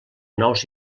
nous